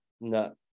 No